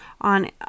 on